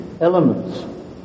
elements